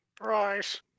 Right